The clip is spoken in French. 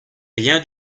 rien